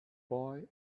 boy